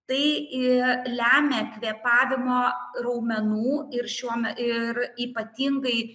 tai iii lemia kvėpavimo raumenų ir šiuo me ir ypatingai